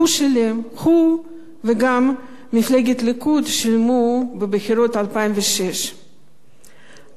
הוא וגם ממשלת הליכוד שילמו בבחירות 2006. עכשיו,